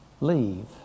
leave